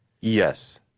Yes